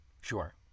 Sure